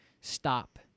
stop